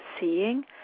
seeing